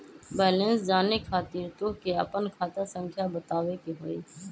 Balance जाने खातिर तोह के आपन खाता संख्या बतावे के होइ?